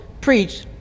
preach